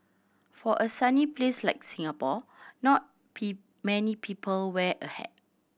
for a sunny place like Singapore not many people wear a hat